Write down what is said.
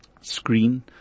screen